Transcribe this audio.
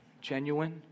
genuine